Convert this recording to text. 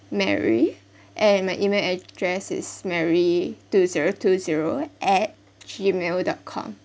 mary and my email address is mary two zero two zero at G_mail dot com